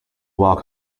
walk